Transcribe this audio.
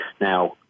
Now